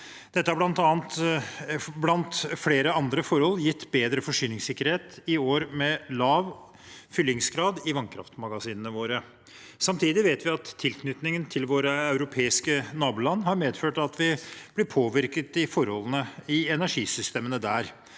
Dette har blant flere andre forhold gitt bedre forsyningssikkerhet i år med lav fyllingsgrad i vannkraftmagasinene våre. Samtidig vet vi at tilknytningen til våre europeiske naboland har medført at vi blir påvirket av forholdene i energisystemene der.